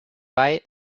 bite